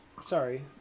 Sorry